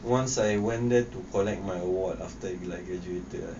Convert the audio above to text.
once I went there to collect my award after like I graduated right